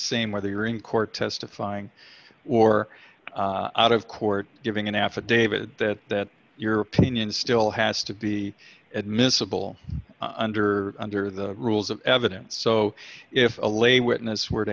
same whether you're in court testifying or out of court giving an affidavit that that your opinion still has to be admissible under under the rules of evidence so if a lay witness were to